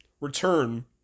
Return